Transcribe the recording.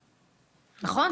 נכון.